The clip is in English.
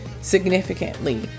significantly